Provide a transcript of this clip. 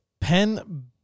Pen